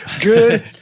Good